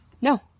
No